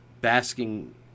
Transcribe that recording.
basking